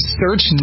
search